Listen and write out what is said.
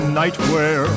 nightwear